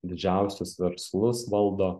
didžiausius verslus valdo